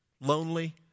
lonely